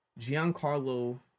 Giancarlo